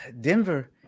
Denver